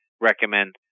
recommend